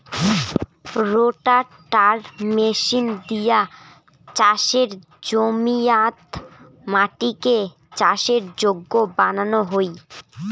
রোটাটার machine দিয়া চাসের জমিয়াত মাটিকে চাষের যোগ্য বানানো হই